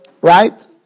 right